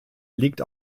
liegt